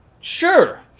Sure